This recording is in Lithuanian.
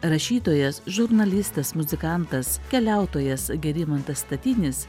rašytojas žurnalistas muzikantas keliautojas gerimantas statinis